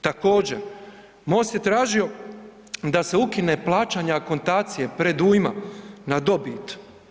Također, MOST je tražio da se ukine plaćanje akontacije, predujma na dobit.